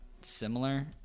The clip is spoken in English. similar